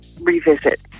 revisit